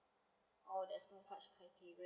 orh there's not such criteria